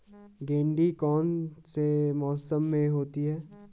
गेंठी कौन से मौसम में होती है?